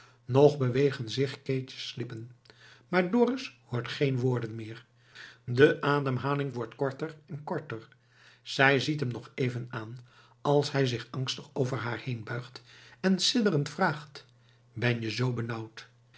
nog bewegen zich keetjes lippen maar dorus hoort geen woorden meer de ademhaling wordt korter en korter zij ziet hem nog even aan als hij zich angstig over haar heen buigt en sidderend vraagt ben je zoo benauwd